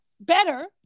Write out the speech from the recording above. Better